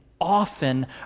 often